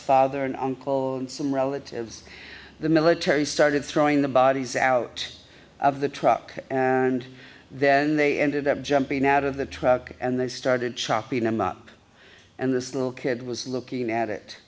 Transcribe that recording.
father and uncle and some relatives the military started throwing the bodies out of the truck and then they ended up jumping out of the truck and they started chopping him up and this little kid was looking at it